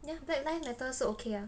ya black live matters 是 okay ah